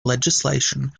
legislation